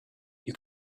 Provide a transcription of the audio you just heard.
you